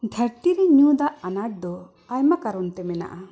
ᱫᱷᱟᱹᱨᱛᱤ ᱨᱮ ᱧᱩ ᱫᱟᱜ ᱟᱱᱟᱴ ᱫᱚ ᱟᱭᱢᱟ ᱠᱟᱨᱚᱱ ᱛᱮ ᱢᱮᱱᱟᱜᱼᱟ